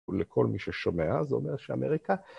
ולכל מי ששומע זה אומר שאמריקה...